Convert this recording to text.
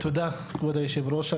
תודה, כבוד היושב-ראש.